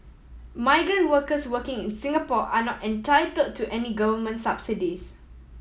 migrant workers working in Singapore are not entitle to any Government subsidies